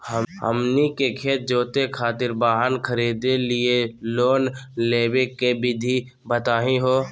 हमनी के खेत जोते खातीर वाहन खरीदे लिये लोन लेवे के विधि बताही हो?